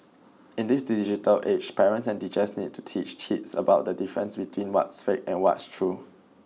in this digital age parents and teachers need to teach kids about the difference between what's fake and what's true